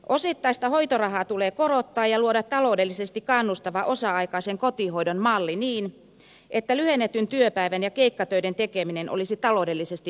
osittaista hoitorahaa tulee korottaa ja luoda ta loudellisesti kannustava osa aikaisen kotihoidon malli niin että lyhennetyn työpäivän ja keikkatöiden tekeminen olisi taloudellisesti mahdollista